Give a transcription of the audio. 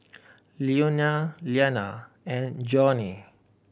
Leonia Iyana and Johnie